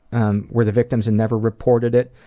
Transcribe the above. um were the victims and never reported it,